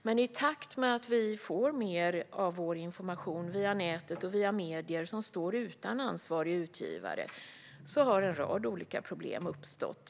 Men i takt med att vi får mer av vår information via nätet och via medier som står utan ansvarig utgivare har en rad olika problem uppstått.